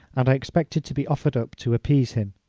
and i expected to be offered up to appease him.